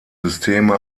systeme